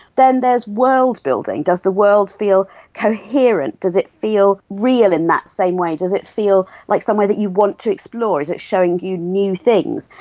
then there's world building. does the world feel coherent, does it feel real in that same way, does it feel like somewhere that you want to explore, is it showing you new things,